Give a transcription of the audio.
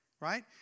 right